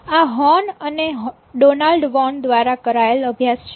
આ હોર્ન અને ડોનાલ્ડવૉન દ્વારા કરાયેલ અભ્યાસ છે